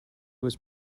was